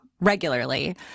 regularly